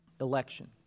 election